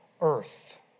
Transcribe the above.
earth